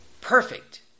perfect